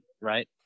right